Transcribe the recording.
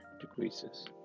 decreases